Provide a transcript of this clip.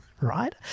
right